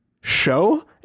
show